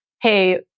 hey